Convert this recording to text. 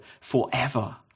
forever